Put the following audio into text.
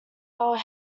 are